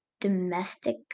domestic